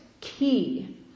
key